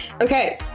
Okay